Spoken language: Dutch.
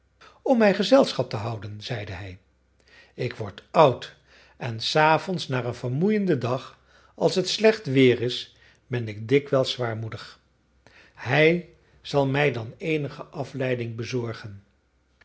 om mij gezelschap te houden zeide hij ik word oud en s avonds na een vermoeienden dag als het slecht weer is ben ik dikwijls zwaarmoedig hij zal mij dan eenige afleiding bezorgen